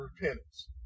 repentance